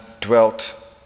dwelt